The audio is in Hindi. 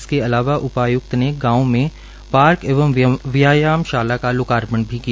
इसके अलावा उपाय्क्त ने गांव में पार्क एवं व्यायामशाला का लोकार्पण भी किया